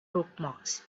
bookmarks